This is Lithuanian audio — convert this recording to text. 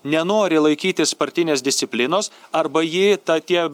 nenori laikytis partinės disciplinos arba ji tą tie